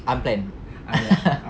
unplanned